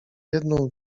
jedną